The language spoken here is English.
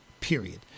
period